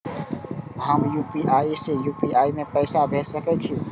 हम यू.पी.आई से यू.पी.आई में पैसा भेज सके छिये?